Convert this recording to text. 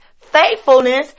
Faithfulness